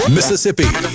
Mississippi